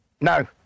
No